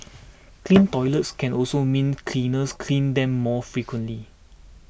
clean toilets can also mean cleaners clean them more frequently